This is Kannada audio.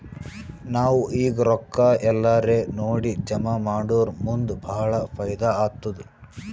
ನಾವ್ ಈಗ್ ರೊಕ್ಕಾ ಎಲ್ಲಾರೇ ನೋಡಿ ಜಮಾ ಮಾಡುರ್ ಮುಂದ್ ಭಾಳ ಫೈದಾ ಆತ್ತುದ್